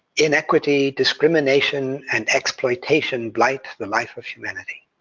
inequity, discrimination and exploitation blight the life of humanity.